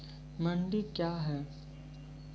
मंडी क्या हैं?